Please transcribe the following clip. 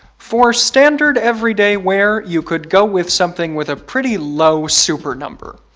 for standard everyday wear, you could go with something with a pretty low super number.